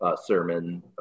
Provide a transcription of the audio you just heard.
sermon